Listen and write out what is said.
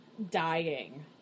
Dying